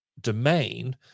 domain